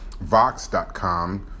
Vox.com